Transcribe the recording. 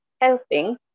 helping